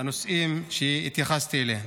בנושאים שהתייחסתי אליהם.